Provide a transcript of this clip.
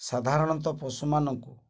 ସାଧାରଣତଃ ପଶୁମାନଙ୍କୁ